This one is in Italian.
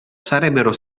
sarebbero